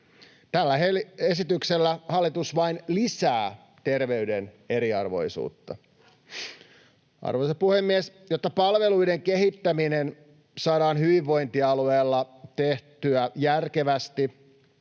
Tällä esityksellä hallitus vain lisää terveyden eriarvoisuutta. Arvoisa puhemies! Jotta palveluiden kehittäminen saadaan hyvinvointialueilla tehtyä järkevästi